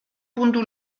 puntu